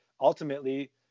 ultimately